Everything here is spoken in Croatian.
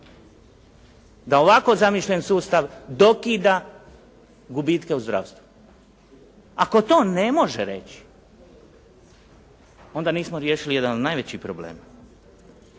da ovako zamišljen sustav dokida gubitke u zdravstvu. Ako to ne može reći, onda nismo riješili jedan od najvećih problema.